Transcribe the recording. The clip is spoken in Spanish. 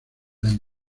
año